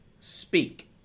speak